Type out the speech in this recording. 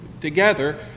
together